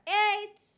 eight